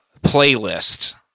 playlist